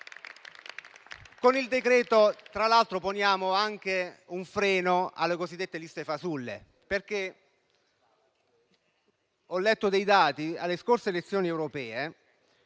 in esame poniamo anche un freno alle cosiddette liste fasulle. Ho letto dei dati e alle scorse elezioni europee